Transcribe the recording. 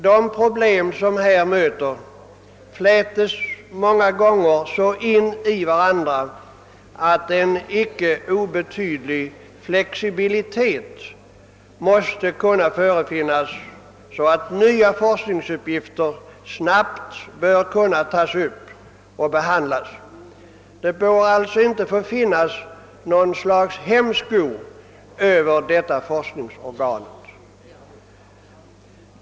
De problem som möter är många gånger så sammanflätade att det måste finnas en icke obetydlig flexibilitet, så att nya forskningsuppgifter snabbt kan tas upp till behandling. Någon hämsko får alltså inte läggas på forskningsorganet.